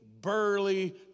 burly